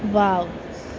wow